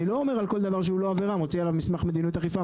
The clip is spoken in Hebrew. אני לא אומר על כל דבר שאין עבירה מסמך מדיניות אכיפה.